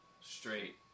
straight